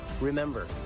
Remember